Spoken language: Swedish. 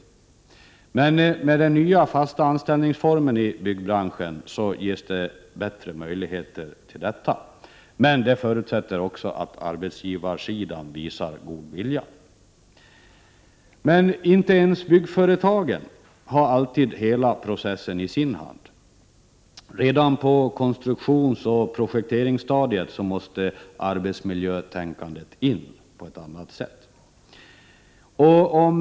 I och med den nyinförda formen med fast anställning i byggbranschen ges bättre möjligheter till detta, men det förutsätter att arbetsgivarsidan visar god vilja. Inte ens byggföretagen har emellertid alltid hela processen i sin hand. Redan på konstruktionsoch projekteringsstadiet måste arbetsmiljötänkandet komma in på ett annat sätt än hittills.